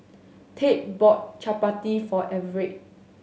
Tate bought Chapati for Everett